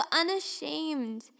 unashamed